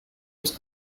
was